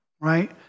right